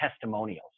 testimonials